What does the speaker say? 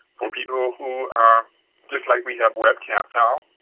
for people who are just like we have web captel